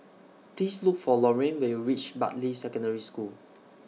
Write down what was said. Please Look For Lorayne when YOU REACH Bartley Secondary School